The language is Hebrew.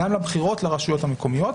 גם לבחירות לרשויות המקומית.